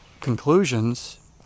conclusions